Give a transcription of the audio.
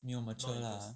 没有 mature lah